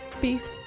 Beef